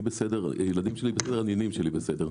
אני בסדר, הילדים שלי בסדר, הנינים שלי בסדר.